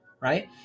right